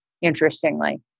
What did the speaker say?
interestingly